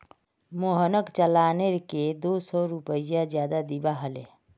मोहनक चालानेर के दो सौ रुपए ज्यादा दिबा हले